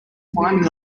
climbing